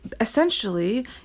essentially